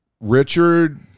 Richard